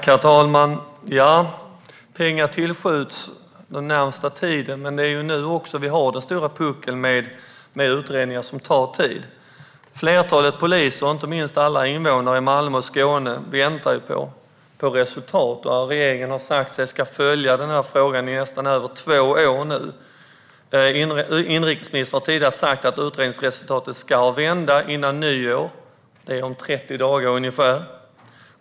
Herr talman! Det skjuts till pengar den närmaste tiden, men det är nu som vi har den stora puckeln med utredningar som tar tid. Flertalet poliser och, inte minst, alla invånare i Malmö och Skåne, väntar på resultat. Regeringen har under ungefär två år sagt att man ska följa denna fråga. Inrikesministern har tidigare sagt att utredningsresultatet ska vända före nyår - det är om ca 30 dagar.